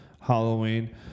Halloween